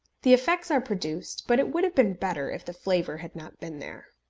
the effects are produced, but it would have been better if the flavour had not been there.